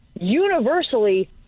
universally